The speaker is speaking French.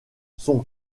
son